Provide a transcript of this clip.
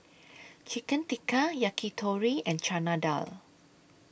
Chicken Tikka Yakitori and Chana Dal